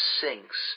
sinks